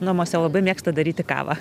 namuose labai mėgsta daryti kavą